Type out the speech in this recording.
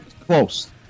Close